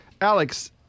Alex